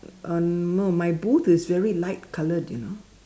uh no my booth is very light colored you know